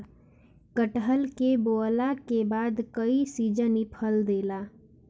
कटहल के बोअला के बाद कई सीजन इ फल देला